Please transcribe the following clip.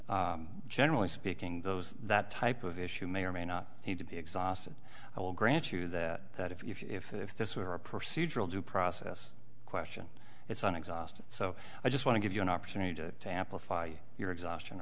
so generally speaking those that type of issue may or may not need to be exhausted i will grant you that if this were a procedural due process question it's an exhaust so i just want to give you an opportunity to tap afai your exhaustion